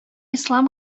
ислам